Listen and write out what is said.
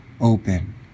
open